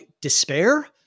despair